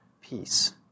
peace